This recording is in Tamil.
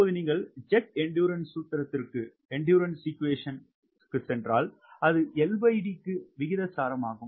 இப்போது நீங்கள் ஜெட் எண்டுறன்ஸ் சூத்திரத்திற்குச் சென்றால் அது LD க்கு விகிதாசாரமாகும்